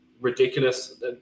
ridiculous